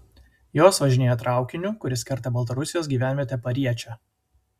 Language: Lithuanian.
jos važinėja traukiniu kuris kerta baltarusijos gyvenvietę pariečę